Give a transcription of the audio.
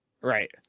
Right